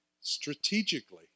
strategically